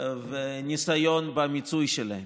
וניסיון במיצוי שלהם.